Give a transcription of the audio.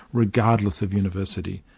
regardless of university.